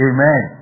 Amen